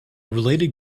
related